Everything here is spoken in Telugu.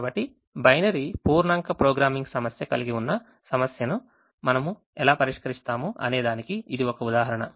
కాబట్టి బైనరీ పూర్ణాంక ప్రోగ్రామింగ్ సమస్య కలిగి ఉన్న సమస్యను మనము ఎలా పరిష్కరిస్తాము అనేదానికి ఇది ఒక ఉదాహరణ